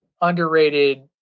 underrated